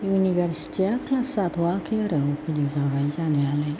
इउनिभारसिटिया class जाथ'वाखै आरो अपेनिं जाबाय जानायालाय